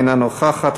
אינה נוכחת,